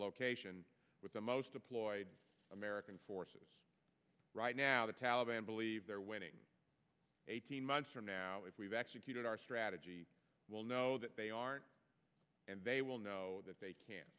location with the most deployed american forces right now the taliban believe their winning eighteen months from now if we've executed our strategy will know that they aren't and they will know that they can